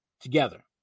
together